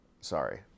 Sorry